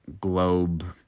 globe